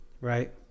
Right